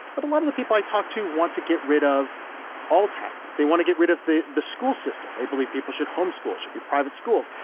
but a lot of the people i talked to want to get rid of all taxes. they want to get rid of the the school system. they believe people should home-school. it should be private schools.